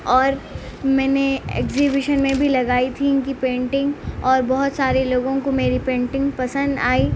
اور میں نے ایگزیبشن میں بھی لگائی تھی ان کی پینٹنگ اور بہت سارے لوگوں کو میری پینٹنگ پسند آئی